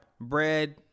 bread